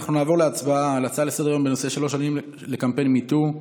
אנחנו נעבור להצבעה על הצעה לסדר-היום בנושא: שלוש שנים לקמפיין MeToo.